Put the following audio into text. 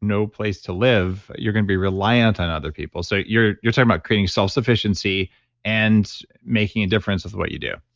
no place to live, you're going to be reliant on other people. so, you're you're talking about creating self-sufficiency and making a difference with what you do.